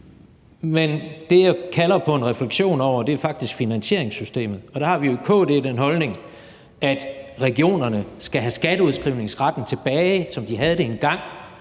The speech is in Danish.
Men det, jeg kalder på en refleksion over, er faktisk finansieringssystemet, og der har vi jo i KD den holdning, at regionerne skal have skatteudskrivningsretten tilbage, som de havde det engang,